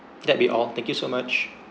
that be all thank you so much